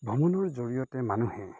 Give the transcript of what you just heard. ভ্ৰমণৰ জৰিয়তে মানুহে